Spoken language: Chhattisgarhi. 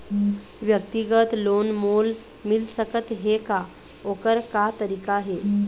व्यक्तिगत लोन मोल मिल सकत हे का, ओकर का तरीका हे?